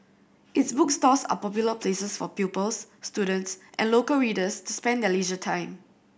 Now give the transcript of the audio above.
its bookstores are popular places for pupils students and local readers to spend their leisure time